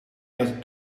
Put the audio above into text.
dat